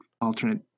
alternate